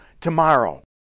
tomorrow